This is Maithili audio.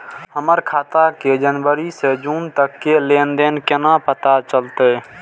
हमर खाता के जनवरी से जून तक के लेन देन केना पता चलते?